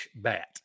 bat